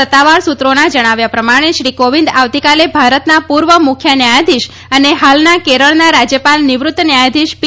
સત્તાવાર સુત્રોના જણાવ્યા પ્રમાણે શ્રી કોવિંદ આવતીકાલે ભારતનાં પૂર્વ મુખ્ય ન્યાયાધીશ અને હાલના કેરળનાં રાજ્યપાલ નિવૃત્ત ન્યાયાધીશ પી